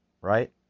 right